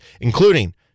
including